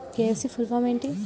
KYC full form ఏంటి?